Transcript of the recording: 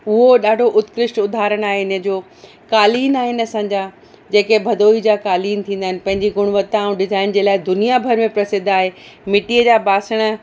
उहो ॾाढो उत्कृष्टि उदारहण आहे इन जो कालीन आहिनि असांजा जेके भदौई जो कालीन थींदा आहिनि पंहिंजी गुणवता ऐं डिज़ाइन जे लाइ दुनियाभर में प्रसिध्द आहे मिट्टीअ जा बासण